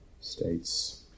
states